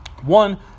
one